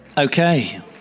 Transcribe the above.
okay